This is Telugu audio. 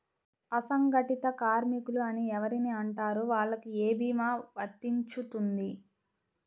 అసంగటిత కార్మికులు అని ఎవరిని అంటారు? వాళ్లకు ఏ భీమా వర్తించుతుంది?